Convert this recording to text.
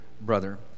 brother